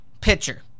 pitcher